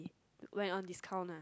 when on discount lah